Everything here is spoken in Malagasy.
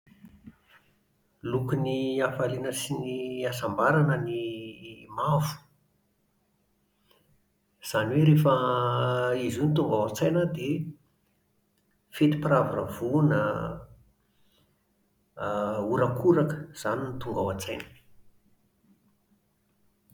Lokon'ny hafaliana sy ny hasambarana ny mavo. Izany hoe rehefa izy io no tonga ao an-tsaina an, dia fetim-piravoravoana a, a horakoraka, izany no tonga ao an-tsaina